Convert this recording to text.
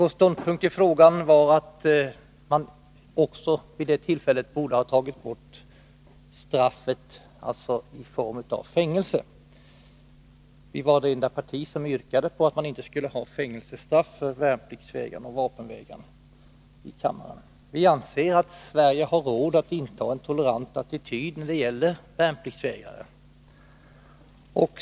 Vpk:s ståndpunkt i frågan var att man vid detta tillfälle borde ha tagit bort fängelsestraffet. Vpk var det enda parti som i kammaren yrkade på att man inte skulle ha fängelsestraff för värnpliktsvägrare och vapenvägrare. Vpk anser att Sverige har råd att inta en tolerant attityd när det gäller värnpliktsvägrare.